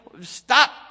stop